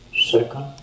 Second